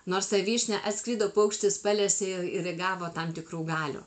nors ta vyšnia atskrido paukštis palesė ir įgavo tam tikrų galių